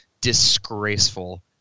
disgraceful